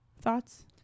Thoughts